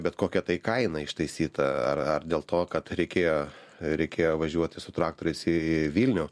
bet kokia tai kaina ištaisyta ar ar dėl to kad reikėjo reikėjo važiuoti su traktoriais į vilnių